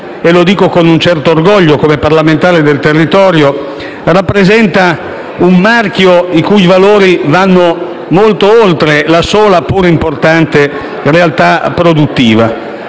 (e lo dico con un certo orgoglio come parlamentare del territorio) rappresenta un marchio i cui valori vanno molto oltre la sola, pure importante, realtà produttiva.